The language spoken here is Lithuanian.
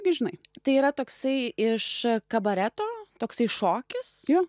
gi žinai tai yra toksai iš kabareto toksai šokis jų